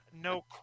no